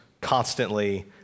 constantly